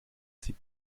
sie